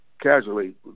casually